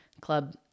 club